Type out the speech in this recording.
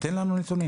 תן לנו נתונים.